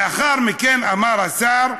לאחר מכן אמר השר: